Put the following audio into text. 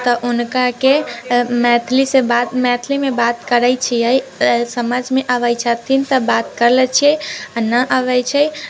तऽ हुनका से मैथिली से बात मैथिलीमे बात करै छियै तऽ समझमे अबै छथिन तऽ बात कर लै छियै आ न अबै छै